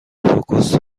فوکس